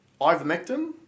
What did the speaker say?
ivermectin